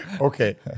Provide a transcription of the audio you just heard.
Okay